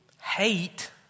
hate